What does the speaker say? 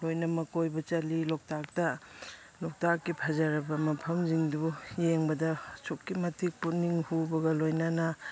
ꯂꯣꯏꯅꯃꯛ ꯀꯣꯏꯕ ꯆꯠꯂꯤ ꯂꯣꯛꯇꯥꯛꯇ ꯂꯣꯛꯇꯥꯛꯀꯤ ꯐꯖꯔꯕ ꯃꯐꯝꯁꯤꯡꯗꯨ ꯌꯦꯡꯕꯗ ꯑꯁꯨꯛꯀꯤ ꯃꯇꯤꯛ ꯄꯨꯛꯅꯤꯡ ꯍꯨꯕꯒ ꯂꯣꯏꯅꯅ